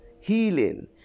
healing